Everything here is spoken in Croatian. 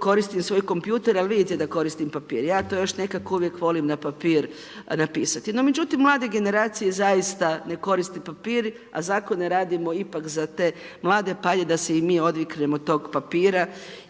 koristim svoj kompjuter, ali vidite da koristim papir. Ja to još nekako uvijek volim na papir napisati, no međutim, mlade generacije zaista ne koriste papir, a zakone radimo ipak za te mlade, pa ajde da se i mi odviknemo od tog papira.